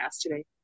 today